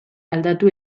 aldatu